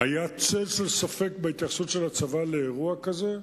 היה צל של ספק בהתייחסות של הצבא לאירוע כזה,